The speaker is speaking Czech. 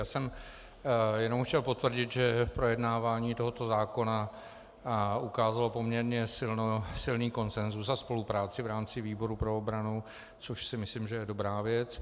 Chtěl jsem jenom potvrdit, že projednávání tohoto zákona ukázalo poměrně silný konsensus a spolupráci v rámci výboru pro obranu, což si myslím, že je dobrá věc.